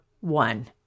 one